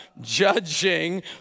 judging